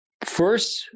first